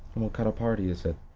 what kind of party is it?